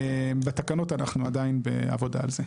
בתקנות, אנחנו עדיין בעבודה על זה.